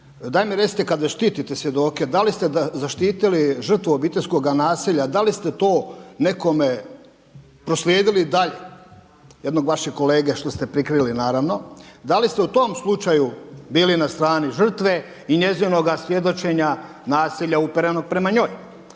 daj mi recite kad već štitite svjedoke da li ste zaštitili žrtvu obiteljskoga nasilja, da li ste to nekome proslijedili dalje jednog vašeg kolege što ste prikrili naravno. Da li ste u tom slučaju bili na strani žrtve i njezinoga svjedočenja, nasilja uperenog prema njoj.